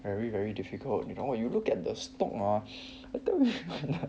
very very difficult you know you look at the stock hor